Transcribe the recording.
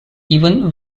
even